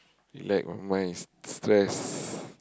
relax all my stress